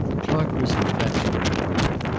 clark was infatuated with her.